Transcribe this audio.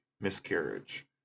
miscarriage